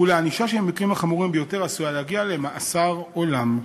ולענישה שבמקרים החמורים ביותר עשויה להגיע למאסר עולם.